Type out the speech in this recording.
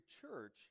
church